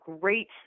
great